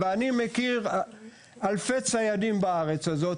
אני מכיר אלפי ציידים בארץ הזאת.